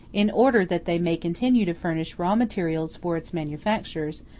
in order that they may continue to furnish raw materials for its manufactures,